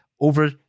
over